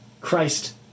Christ